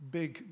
big